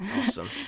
Awesome